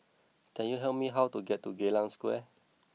can you help me how to get to Geylang Square